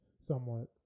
somewhat